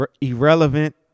irrelevant